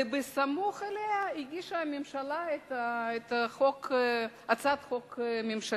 וסמוך לה הגישה הממשלה הצעת חוק ממשלתית.